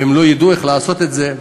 והם לא ידעו איך לעשות את זה.